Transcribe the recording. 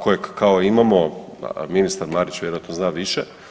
kojeg kao imamo a ministar Marić vjerojatno zna više.